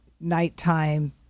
nighttime